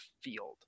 field